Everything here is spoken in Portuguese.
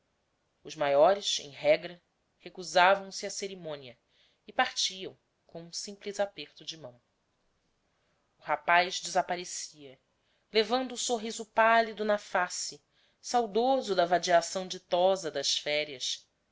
os maiores em regra recusavam se à cerimônia e partiam com um simples aperto de mão o rapaz desaparecia levando o sorriso pálido na face saudoso da vadiação ditosa das férias